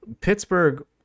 Pittsburgh